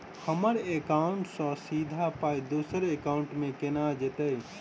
हम्मर एकाउन्ट सँ सीधा पाई दोसर एकाउंट मे केना जेतय?